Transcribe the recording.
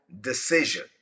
decision